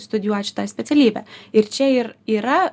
studijuot šitą specialybę ir čia ir yra